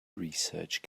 research